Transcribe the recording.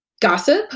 gossip